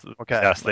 Okay